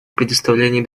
предоставления